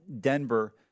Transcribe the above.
Denver